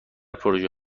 پروژه